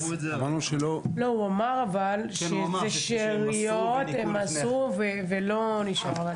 לא הוא אמר אבל שזה שאריות, הם עשו ולא נשאר.